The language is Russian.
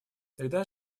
тогда